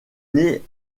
née